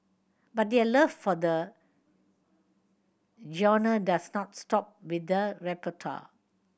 but their love for the genre does not stop with the repertoire